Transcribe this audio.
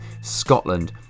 Scotland